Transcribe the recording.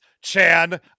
Chan